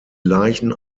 leichen